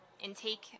intake